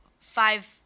five